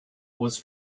was